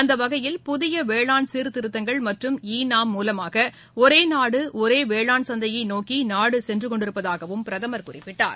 அந்த வகையில் புதிய வேளாண் சீர்த்திருத்தங்கள் மற்றும் இ நாம் மூலமாக ஒரே நாடு ஒரே வேளாண் சந்தையை நோக்கி நாடு சென்று கொண்டிருப்பதாகவும் பிரதமர் குறிப்பிட்டார்